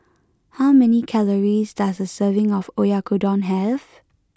how many calories does a serving of Oyakodon have